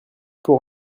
pour